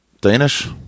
Danish